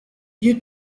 you